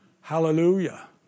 Hallelujah